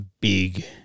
big